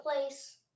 place